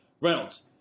Reynolds